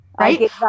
Right